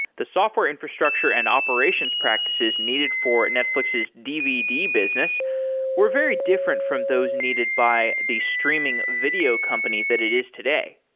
the software infrastructure and operations practices needed for netflix's dvd business were very different from those needed by the streaming video company that it is today.